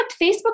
Facebook